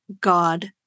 God